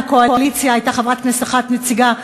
וגם מהקואליציה הייתה חברת כנסת אחת נציגה,